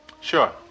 Sure